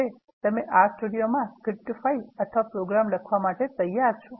હવે તમે R સ્ટુડિયોમાં સ્ક્રિપ્ટ ફાઇલ અથવા પ્રોગ્રામ લખવા માટે તૈયાર છે